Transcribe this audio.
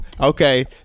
Okay